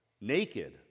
Naked